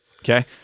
Okay